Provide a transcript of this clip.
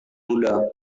muda